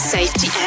Safety